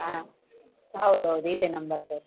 ಹಾಂ ಹೌದು ಹೌದು ಇದೇ ನಂಬರ್ ಸರ್